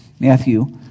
Matthew